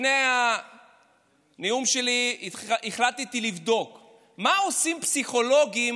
לפני הנאום שלי החלטתי לבדוק מה עושים פסיכולוגים